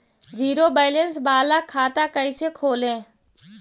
Zero balance बाला खाता कैसे खोले?